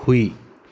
ꯍꯨꯏ